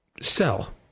Sell